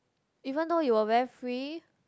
even though you were very free